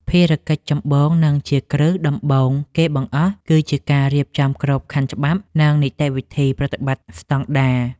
ភារកិច្ចចម្បង និងជាគ្រឹះដំបូងគេបង្អស់ គឺការរៀបចំក្របខណ្ឌច្បាប់ និងនីតិវិធីប្រតិបត្តិស្តង់ដារ។